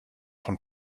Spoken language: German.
von